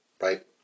right